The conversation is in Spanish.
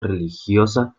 religiosa